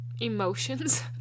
emotions